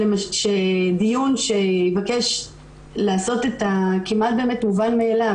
דיון שיבקש לעשות כמעט את המובן מאליו,